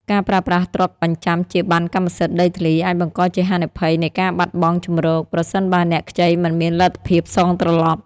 ការប្រើប្រាស់ទ្រព្យបញ្ចាំជាប័ណ្ណកម្មសិទ្ធិដីធ្លី អាចបង្កជាហានិភ័យនៃការបាត់បង់ជម្រក ប្រសិនបើអ្នកខ្ចីមិនមានលទ្ធភាពសងត្រឡប់។